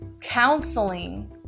counseling